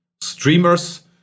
streamers